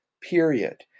period